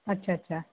अच्छा अच्छा